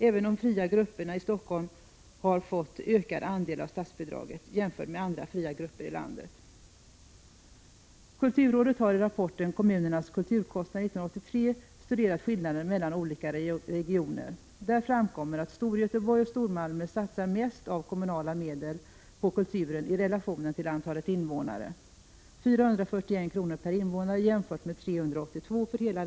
Även de fria grupperna i Helsingfors har fått en ökad andel av statsbidraget jämfört med andra fria grupper i landet. Kulturrådet har i rapporten Kommunernas kulturkostnader 1983 studerat skillnaderna i olika regioner. Där framkommer att Storgöteborg och Stormalmö satsar mest av kommunala medel på kulturen i relation till antalet Staten har ökat anslagen till kultur under de senaste tio åren.